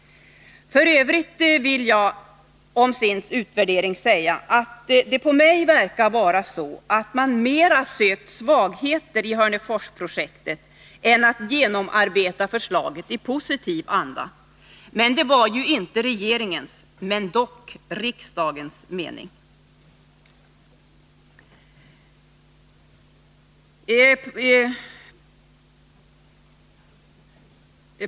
F. ö. vill jag beträffande SIND:s utvärdering säga att det, som jag ser saken, verkar vara så att man mera sökt svagheter i Hörneforsprojektet än att genomarbeta förslaget i positiv anda. — Det var ju inte heller regeringens mening, men dock riksdagens.